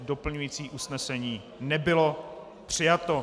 Doplňující usnesení nebylo přijato.